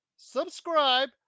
Subscribe